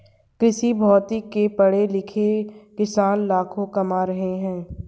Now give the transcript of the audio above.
कृषिभौतिकी से पढ़े लिखे किसान लाखों कमा रहे हैं